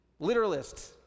literalists